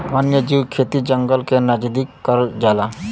वन्यजीव खेती जंगल के नजदीक करल जाला